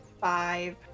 Five